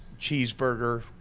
cheeseburger